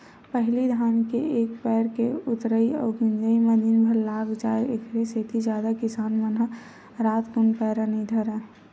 पहिली धान के एक पैर के ऊतरई अउ मिजई म दिनभर लाग जाय ऐखरे सेती जादा किसान मन ह रातकुन पैरा नई धरय